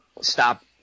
stop